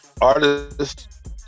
artist